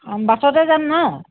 বাছতে যাম ন